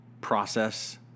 process